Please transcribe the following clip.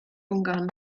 ungarn